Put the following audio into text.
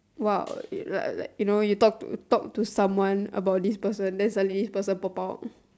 !wow! like like you know you talk to you talk to someone about this person then suddenly this person pop out